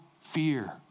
fear